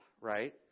right